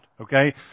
okay